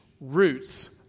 roots